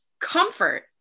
comfort